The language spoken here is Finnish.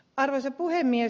arvoisa puhemies